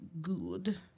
good